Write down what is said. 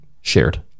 shared